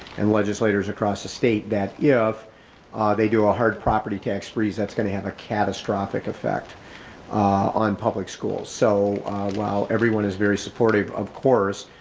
and legislators across the state that if they do a hard property tax freeze, that's gonna have a catastrophic effect on public schools. so while everyone is very supportive, of course,